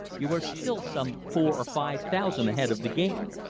you are still some four or five thousand ahead of the game.